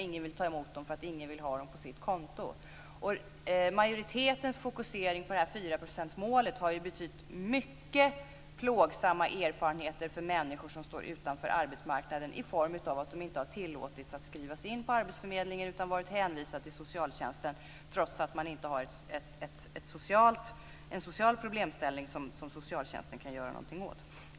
Ingen vill ta emot dem därför att ingen vill ha dem på sitt konto. Majoritetens fokusering på det här 4 procentsmålet har ju betytt mycket plågsamma erfarenheter för människor som står utanför arbetsmarknaden i form av att de inte har tillåtits att skrivas in på arbetsförmedlingen, utan de har varit hänvisade till socialtjänsten trots att de inte har en social problemställning som socialtjänsten kan göra någonting åt.